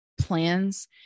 plans